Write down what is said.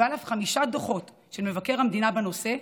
ועל אף חמישה דוחות של מבקר המדינה בנושא,